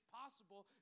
possible